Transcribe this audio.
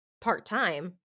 Part-time